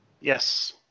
Yes